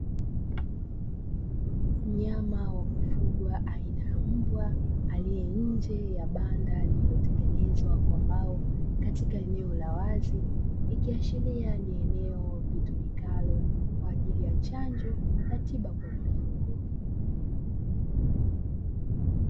Mnyama wa kufugwa aina ya mbwa aliye nje ya banda lililotengenezwa kwa mbao katika eneo la wazi, ikiashiria ni eneo linalotumika kwa ajili ya chanjo na tiba kwa mifugo.